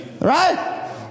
Right